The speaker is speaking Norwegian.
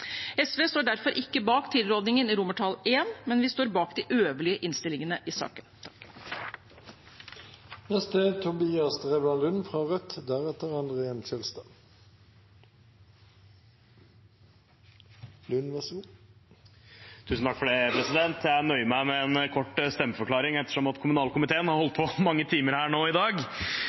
SV står derfor ikke bak tilrådingens I, men vi står bak de andre punktene i tilrådingen. Jeg nøyer meg med en kort stemmeforklaring, ettersom kommunal- og forvaltningskomiteen har holdt på i mange timer her i dag.